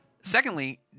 Secondly